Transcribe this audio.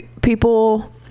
people